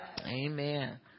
Amen